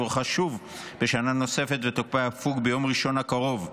והוארכה שוב בשנה נוספת ותוקפה יפוג ביום ראשון הקרוב,